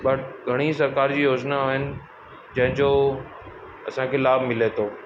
but घणी सरकारि जी योजिना आहिनि जंहिंजो असांखे लाभ मिले थो